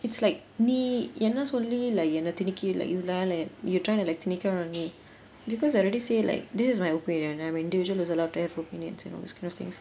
it's like நீ என்ன சொல்லி:nee enna solli only like என்ன திணிக்க:enna thineekka like திணிக்கிற:thineekkira you trying to like திணிக்கிற:thineekkira because I already say like this is my opinion I'm an individual allowed to have opinions and all these kind of things